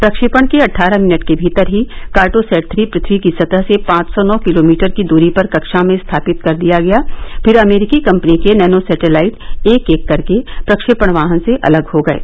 प्रक्षेपण के अट्टारह मिनट के भीतर ही कार्टोसैट श्री पथ्यी की सतह से पांच सौ नौ किलोमीटर की द्री पर कक्षा में स्थापित कर दिया गया फिर अमरीकी कंपनी के नैनो सैटेलाइट एक एक करके प्रक्षेपण वाहन से अलग हो गये